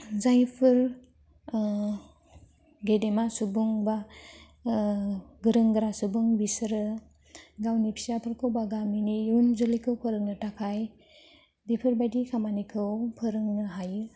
जायफोर गेदेमा सुबुं बा गोरों गोरा सुबुं बिसोरो गावनि फिसाफोरखौ बा गामिनि इयुन जोलैखौ फोरोंनो थाखाय बेफोरबादि खामानिखौ फोरोंनो हायो